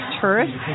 tourists